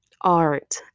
art